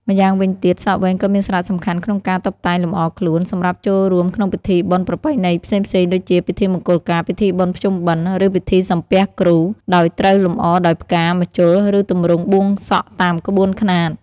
ម្យ៉ាងវិញទៀត សក់វែងក៏មានសារៈសំខាន់ក្នុងការ តុបតែងលម្អខ្លួន សម្រាប់ចូលរួមក្នុងពិធីបុណ្យប្រពៃណីផ្សេងៗ ដូចជា ពិធីមង្គលការ ពិធីបុណ្យភ្ជុំបិណ្ឌ ឬពិធីសំពះគ្រូ ដោយត្រូវលម្អដោយផ្កា ម្ជុល ឬទម្រង់បួងសក់តាមក្បួនខ្នាត។